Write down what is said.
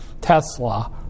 Tesla